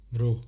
Bro